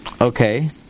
Okay